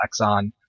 Exxon